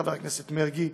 חבר הכנסת מרגי,